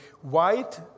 white